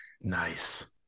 nice